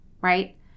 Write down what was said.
right